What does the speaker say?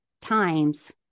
times